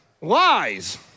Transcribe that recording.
lies